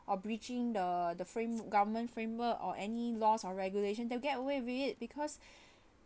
or breaching the the frame government framework or any laws or regulations they'll get away with it because